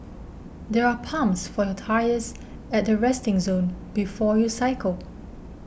there are pumps for your tyres at the resting zone before you cycle